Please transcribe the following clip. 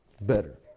better